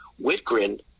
Whitgren